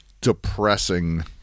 depressing